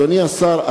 אדוני השר,